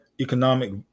economic